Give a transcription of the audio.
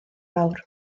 fawr